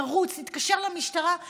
נרוץ ונתקשר למשטרה,